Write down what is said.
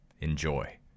Enjoy